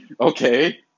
okay